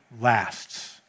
lasts